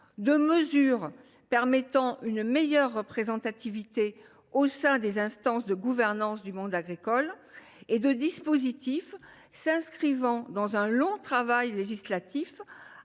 de mesures permettant une meilleure représentativité au sein des instances de gouvernance du monde agricole et de dispositifs s’inscrivant dans le long travail législatif